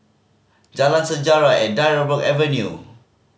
Jalan Sejarah and Dryburgh Avenue